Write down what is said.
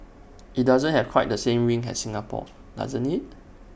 IT doesn't have quite the same ring as Singapore does IT